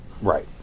Right